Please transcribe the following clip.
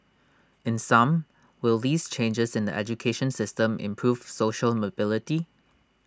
in sum will these changes in the education system improve social mobility